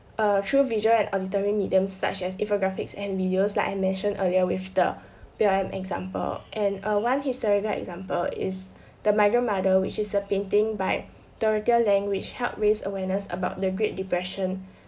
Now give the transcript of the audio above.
err through visual and auditory mediums such as infographics and videos like I mentioned earlier with the B_L_M example and err one historical example is the migrant mother which is a painting by dorothea lange which help raise awareness about the great depression